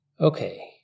Okay